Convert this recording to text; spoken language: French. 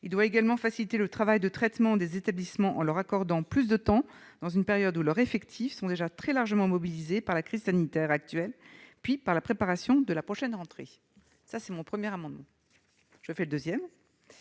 Il doit également faciliter le travail de traitement des établissements en leur accordant plus de temps, dans une période où leurs effectifs sont déjà très largement mobilisés par la crise sanitaire actuelle, puis par la préparation de la prochaine rentrée. Avec votre permission, monsieur le